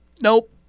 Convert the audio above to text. Nope